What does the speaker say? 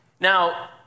Now